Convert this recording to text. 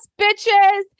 bitches